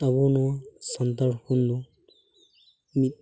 ᱟᱵᱚ ᱱᱚᱣᱟ ᱥᱟᱱᱛᱟᱲ ᱦᱚᱯᱚᱱᱫᱚ ᱢᱤᱫ